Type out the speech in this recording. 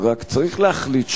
רק צריך להחליט שעושים,